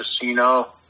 Casino